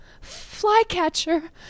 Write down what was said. flycatcher